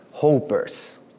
hopers